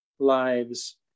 lives